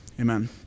Amen